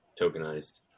tokenized